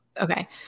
Okay